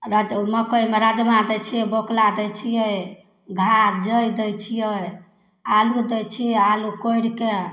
रज मकइमे राजमा दै छिए बौकला दै छिए घाड़ जइ दै छिए आलू दै छिए आलू कोड़िके